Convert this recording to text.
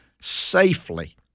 safely